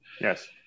Yes